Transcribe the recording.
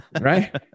Right